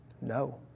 No